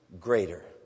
greater